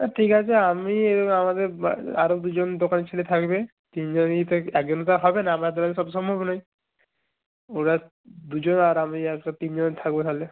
ঠিক আছে আমি আমাদের আরও দুজন দোকানের ছেলে থাকবে তিনজনই একজনে তো আর হবে না আমার দ্বারা তো সব সম্ভব নয় ওরা দুজন আর আমি একজন তিনজন থাকবো তাহলে